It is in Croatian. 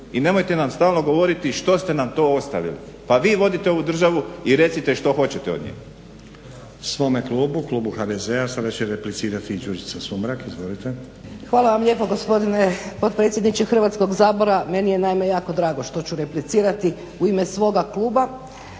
I nemojte nam stalno govoriti što ste nam to ostavili. Pa vi vodite ovu državu i recite što hoćete od nje. **Stazić, Nenad (SDP)** Svome klubu, klubu HDZ-a sada će replicirati Đurđica Sumrak. Izvolite. **Sumrak, Đurđica (HDZ)** Hvala vam lijepa gospodine potpredsjedniče Hrvatskog sabora. Meni je naime jako drago što ću replicirati u ime svoga kluba.